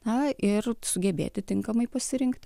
na ir sugebėti tinkamai pasirinkti